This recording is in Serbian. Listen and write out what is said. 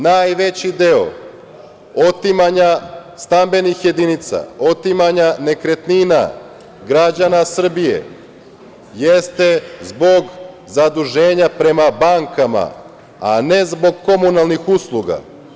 Najveći deo otimanja stambenih jedinica, otimanja nekretnina građana Srbije jeste zbog zaduženja prema bankama, a ne zbog komunalnih usluga.